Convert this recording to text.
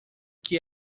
que